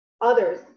others